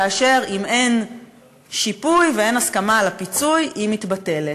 כאשר אם אין שיפוי ואין הסכמה על הפיצוי היא מתבטלת.